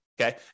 Okay